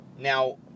Now